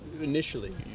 initially